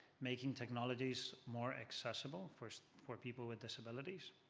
making technologies more accessible for so for people with disabilities.